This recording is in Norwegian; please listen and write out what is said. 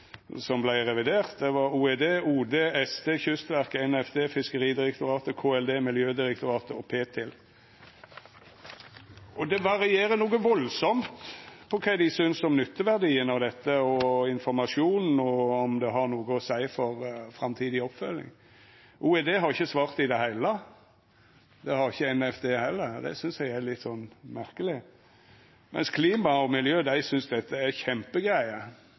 Det var OED, OD, SD, Kystverket, NFD, Fiskeridirektoratet, KLD, Miljødirektoratet og Ptil. Det varierer noko veldig kva dei synest om nytteverdien av dette, om informasjonen, og om det har noko å seia for framtidig oppfølging. OED har ikkje svart i det heile, og det har ikkje NFD heller – det synest eg er litt merkeleg – mens Klima- og miljødepartementet synest dette er kjempegreier